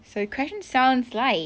the question sounds like